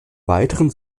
weiteren